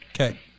Okay